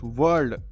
world